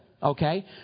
Okay